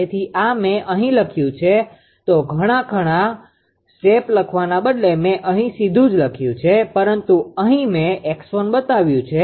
તેથી આ મેં અહીં લખ્યું છે તો ઘણા બધા સ્ટેપ લખવાના બદલે મે અહી સીધું જ લખ્યું છે પરંતુ અહી મે 𝑥1̇ બતાવ્યું છે